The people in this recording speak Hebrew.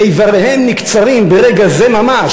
ואיבריהם נקצרים ברגע זה ממש,